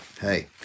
hey